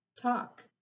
talk